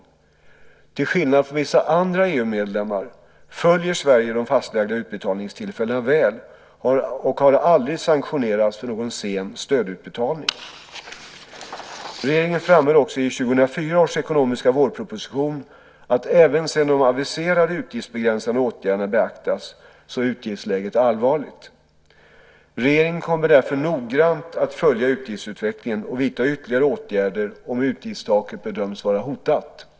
Till skillnad från vissa andra EU-medlemmar följer Sverige de fastlagda utbetalningstillfällena väl och har aldrig sanktionerats för någon sen stödutbetalning. Regeringen framhöll också i 2004 års ekonomiska vårproposition att även sedan de aviserade utgiftsbegränsande åtgärderna beaktats är utgiftsläget allvarligt. Regeringen kommer därför noggrant att följa utgiftsutvecklingen och vidta ytterligare åtgärder om utgiftstaket bedöms vara hotat.